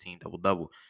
double-double